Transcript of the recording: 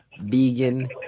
vegan